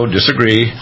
disagree